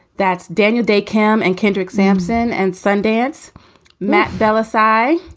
that's daniel de cam and kendrick samson and sundance matt fallaci,